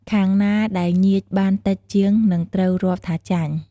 ខាងណាដែលញៀចបានតិចជាងនឹងត្រូវរាប់ថាចាញ់។